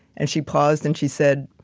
and she paused and she said,